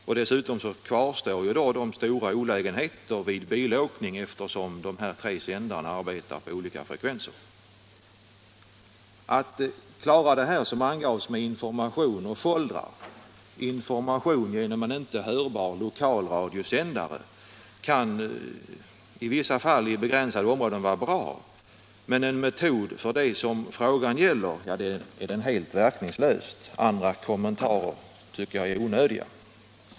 Och dessutom kvarstår de stora olägenheterna vid bilåkning, eftersom de tre sändarna använder olika frekvenser. Att klara svårigheterna med information och foldrar, information genom en inte hörbar lokalradiosändare, kan i vissa fall i begränsade områden vara bra, men som metod för att råda bot på de problem som frågan gäller är det helt verkningslöst. Andra kommentarer tycker jag är onödiga.